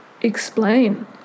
explain